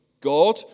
God